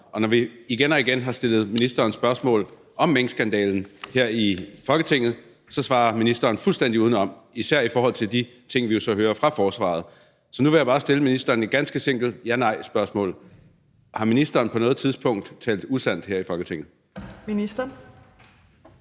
Og når vi igen og igen har stillet ministeren spørgsmål om minkskandalen her i Folketinget, så svarer ministeren fuldstændig udenom, især i forhold til de ting, vi jo så hører fra forsvaret. Så nu vil jeg bare stille ministeren et ganske simpelt ja-nej-spørgsmål: Har ministeren på noget tidspunkt talt usandt her i Folketinget? Kl.